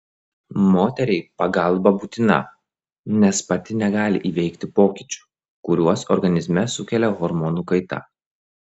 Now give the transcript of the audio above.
moteriai pagalba būtina nes pati negali įveikti pokyčių kuriuos organizme sukelia hormonų kaita